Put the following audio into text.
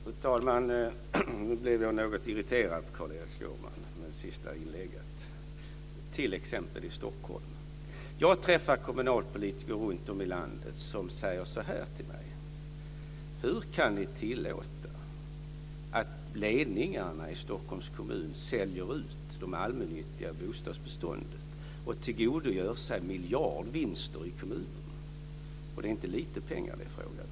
Fru talman! Nu blev jag något irriterad, Carl-Erik Jag träffar kommunalpolitiker runtom i landet som säger så här till mig: Hur kan ni tillåta att ledningen i Stockholms kommun säljer ut det allmännyttiga bostadsbeståndet och tillåter kommunerna att tillgodogöra sig miljardvinster? Det är inte lite pengar som det är fråga om.